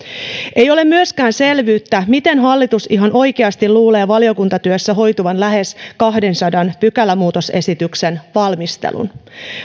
ei ole myöskään selvyyttä siitä miten hallitus ihan oikeasti luulee että valiokuntatyössä hoituu lähes kahdensadan pykälämuutosesityksen valmistelu